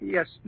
Yes